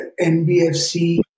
NBFC